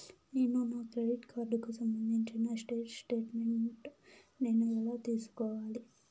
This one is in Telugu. నేను నా క్రెడిట్ కార్డుకు సంబంధించిన స్టేట్ స్టేట్మెంట్ నేను ఎలా తీసుకోవాలి?